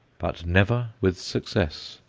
but never with success.